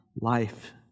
life